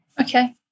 Okay